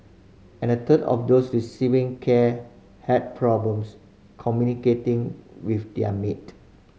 and a third of those receiving care had problems communicating with their maid